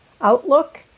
outlook